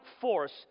force